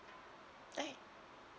I